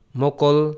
mokol